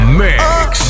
mix